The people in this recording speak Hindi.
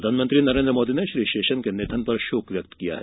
प्रधानमंत्री नरेन्द्र मोदी ने श्री शेषन के निधन पर शोक व्यक्त किया है